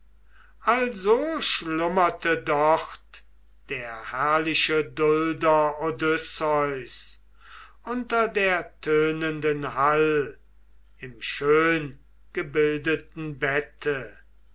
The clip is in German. also schlummerte dort der herrliche dulder odysseus unter der tönenden hall im schöngebildeten bette